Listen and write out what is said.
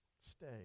stay